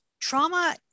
trauma